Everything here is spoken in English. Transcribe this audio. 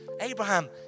Abraham